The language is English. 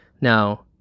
Now